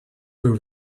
over